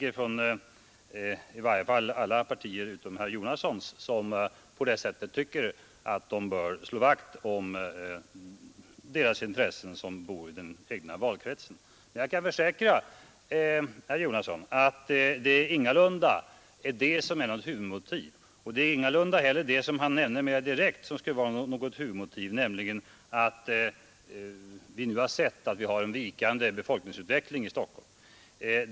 Det finns politiker från alla partier utom herr Jonassons som tycker att de bör s å vakt om deras intressen som bor i den här valkretsen. Men jag kan försäkra herr Jonasson att detta ingalunda är något huvudmotiv; inte heller är den vikande befolkningsutvecklingen i Stockholm, som herr Jonasson nämnde mera direkt, något huvudmotiv.